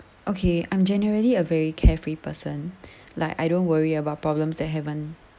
okay I'm generally a very carefree person like I don't worry about problems that haven't